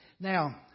Now